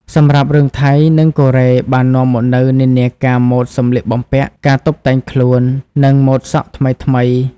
សម្រាប់រឿងថៃ និងកូរ៉េបាននាំមកនូវនិន្នាការម៉ូដសម្លៀកបំពាក់ ការតុបតែងខ្លួន និងម៉ូដសក់ថ្មីៗ។